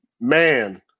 man